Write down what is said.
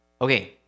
Okay